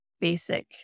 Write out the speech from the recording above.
basic